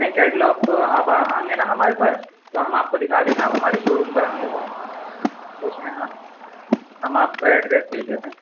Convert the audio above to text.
نہیں کیٹلگ تو آپ آئیں گے نا ہمارے پاس تو ہم آپ کو دکھا دیں گے آپ ہمارے شو روم پر آئیں گے تو اس میں ہم آپ کو ایڈریس بھیج دیتے ہیں